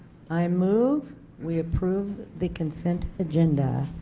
i move we approve consent agenda.